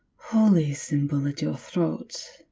holy symbol at your throat,